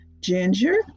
Ginger